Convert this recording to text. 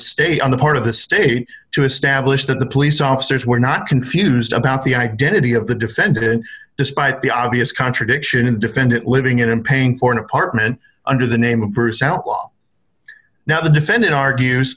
state on the part of the state to establish that the police officers were not confused about the identity of the defendant despite the obvious contradiction defendant living in and paying for an apartment under the name of present law now the defendant argues